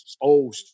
old